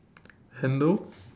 handle